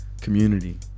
community